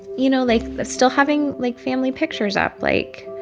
you know, like still having, like, family pictures up. like,